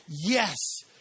Yes